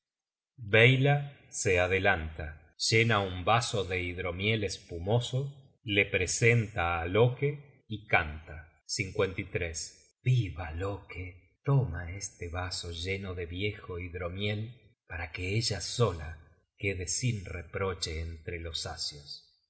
beyla se adelanta llena un vaso de hidromiel espumoso le presenta á loke y canta viva loke toma este vaso lleno de viejo hidromiel para que ella sola quede sin reproche entre los asios